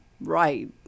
right